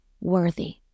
worthy